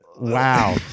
Wow